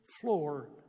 floor